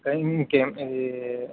మీకు ఏమి ఇది